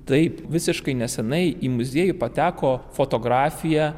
taip visiškai neseniai į muziejų pateko fotografija